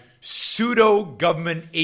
pseudo-government